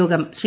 യോഗം ശ്രീ